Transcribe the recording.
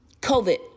COVID